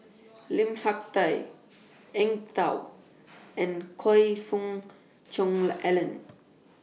Lim Hak Tai Eng Tow and Choe Fook Cheong Alan